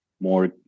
more